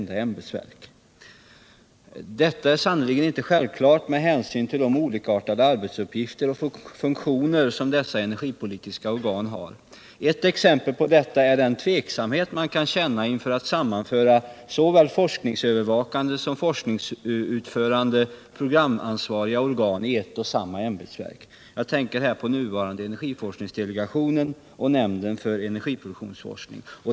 Detta är sannerligen inte självklart med hänsyn till de olikartade arbetsuppgifter och funktioner som dessa energipolitiska organ har. Ett exempel på det är den tveksamhet man kan känna inför att sammanföra såväl forskningsövervakande som forskningsutförande och programansvariga organ i ett och samma ämbetsverk. Jag tänker på den nuvarande energiforskningsdelegationen och nämnden för energiproduktionsforskning.